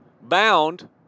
bound